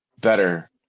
better